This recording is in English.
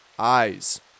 Eyes